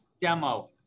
demo